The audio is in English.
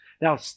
Now